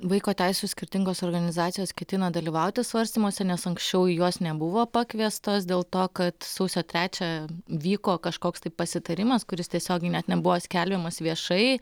vaiko teisių skirtingos organizacijos ketina dalyvauti svarstymuose nes anksčiau į juos nebuvo pakviestos dėl to kad sausio trečią vyko kažkoks tai pasitarimas kuris tiesiogiai net nebuvo skelbiamas viešai